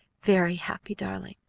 very happy, darling!